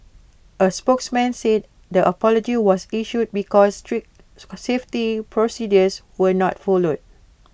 A spokesman said the apology was issued because strict safety procedures were not followed